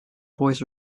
boys